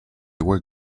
were